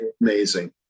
Amazing